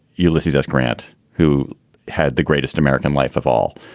ulysses s. grant, who had the greatest american life of all.